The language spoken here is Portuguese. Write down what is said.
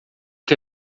que